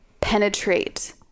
penetrate